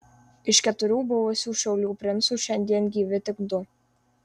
iš keturių buvusių šiaulių princų šiandien gyvi tik du